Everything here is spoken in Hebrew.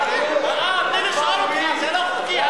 מרצ ורע"ם-תע"ל.